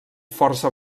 força